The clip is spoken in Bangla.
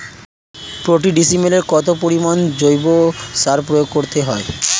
প্রতি ডিসিমেলে কত পরিমাণ জৈব সার প্রয়োগ করতে হয়?